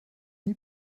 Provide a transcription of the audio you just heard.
nie